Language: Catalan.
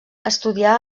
estudià